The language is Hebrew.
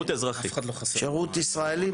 שירות ישראלי,